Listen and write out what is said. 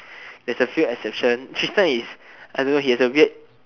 there's a few exception Tristan is I don't know he has a weird